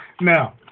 Now